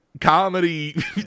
comedy